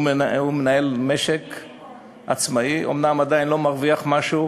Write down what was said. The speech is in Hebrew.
הוא מנהל משק עצמאי, אומנם עדיין לא מרוויח משהו,